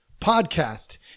podcast